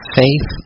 faith